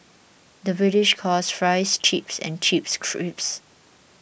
the British calls Fries Chips and Chips Crisps